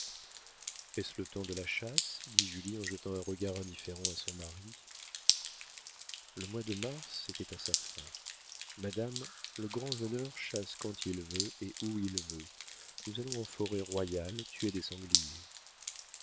est-ce le temps de la chasse dit julie en jetant un regard indifférent à son mari le mois de mars était à sa fin madame le grand-veneur chasse quand il veut et où il veut nous allons en forêt royale tuer des sangliers